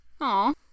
Aw